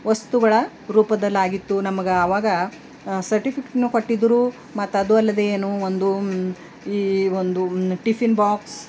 ವಸ್ತುಗಳ ರೂಪದಲ್ಲಾಗಿತ್ತು ನಮ್ಗೆ ಅವಾಗ ಸರ್ಟಿಫಿಕೇಟ್ನು ಕೊಟ್ಟಿದ್ರು ಮತ್ತದು ಅಲ್ಲದೆ ಒಂದು ಈ ಒಂದು ಟಿಫಿನ್ ಬಾಕ್ಸ್